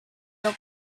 your